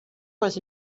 was